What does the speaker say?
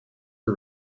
for